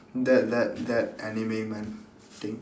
that that that anime men thing